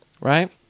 Right